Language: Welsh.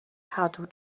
cadw